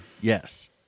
Yes